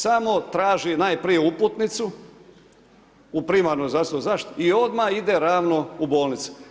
Samo traži najprije uputnicu, u primarnoj zdravstvenoj zaštiti i odmah ide ravno u bolnicu.